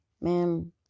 ma'am